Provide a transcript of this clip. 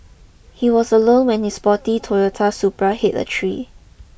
he was alone when his sporty Toyota Supra hit a tree